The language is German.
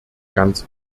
ganz